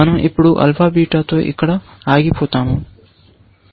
మన০ ఇప్పుడు ఆల్ఫా బీటాతో ఇక్కడ ఆగిపోతాము